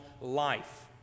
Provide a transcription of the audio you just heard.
life